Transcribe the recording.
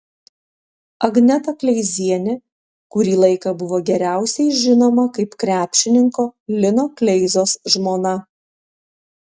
agneta kleizienė kurį laiką buvo geriausiai žinoma kaip krepšininko lino kleizos žmona